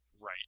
Right